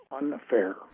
unfair